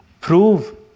prove